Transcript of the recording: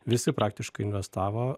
visi praktiškai investavo